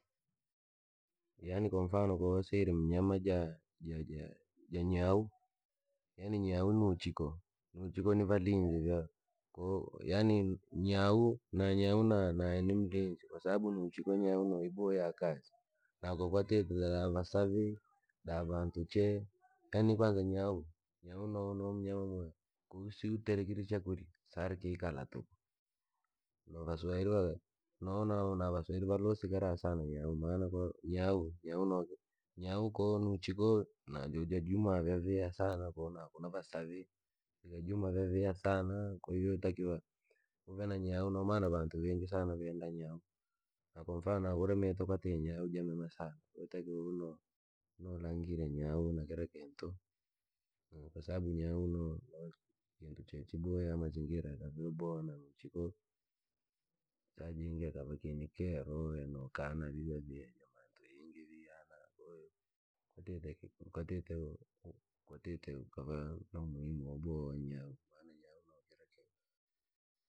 yaani kwa mfano kwo wasire mnyama jaa- jaja janyau, yaani nyau nuuchiko, nuuchiko ni valinzi vya- koo yani nyau na nyau na- na ni mlinzi kwasababu nuu chiiko nyau no iboya yakazi, na ko kwatite na visavi na vantu chee. Yaani kwanza nyau, nyau no- no mnyama mwe, kuu si uterekire chakurya saari kukala tuku, no vaswairi, no- no na vaswairi vilusiki raha sana nyau maana koo nyau, nyau noo nuuku nyau koo nuchiiko najo jajuma vyavvyiya sana ko na kuna vasavi. Vojuma vyavyiha saana kwahiyo yootakiwa, uve na nyau noo maana vantu viingi sana venda nyau, na kwamfano dakurameeto kwatite nyau jamema sana, jo takiwa unolwa norangirya nyau na kila kintu, kwasababu nyau noo- noo kintu che chi booya amazingra navyaboha na nuu chiiko, saa jingi ikava kii nikero yanokaana vie vie joo muntu yingi vii yaana, kwatite kii kwatite kwatite ukava na umuhimu waboha nyau maana nyau no kila kintu.